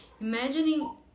imagining